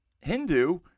Hindu